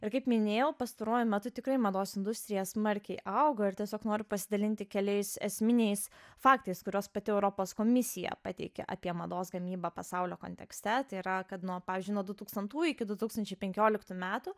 ir kaip minėjau pastaruoju metu tikrai mados industrija smarkiai auga ir tiesiog noriu pasidalinti keliais esminiais faktais kuriuos pati europos komisija pateikė apie mados gamybą pasaulio kontekste tai yra kad nuo pavyzdžiui nuo du tūkstantųjų iki du tūkstančiai penkioliktų metų